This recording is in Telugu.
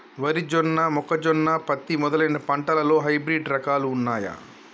వరి జొన్న మొక్కజొన్న పత్తి మొదలైన పంటలలో హైబ్రిడ్ రకాలు ఉన్నయా?